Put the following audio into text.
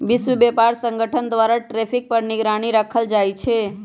विश्व व्यापार संगठन द्वारा टैरिफ पर निगरानी राखल जाइ छै